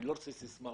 אני לא רוצה סיסמאות.